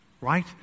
right